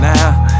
Now